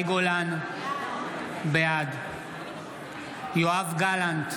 מאי גולן, בעד יואב גלנט,